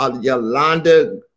Yolanda